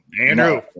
Andrew